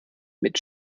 mit